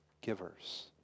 givers